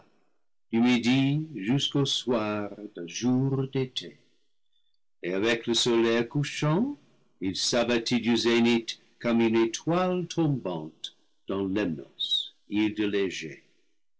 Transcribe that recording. midi jusqu'au soir d'un jour d'été et avec le soleil couchant il s'abattit du zénith comme une étoile tombante dans lemnos île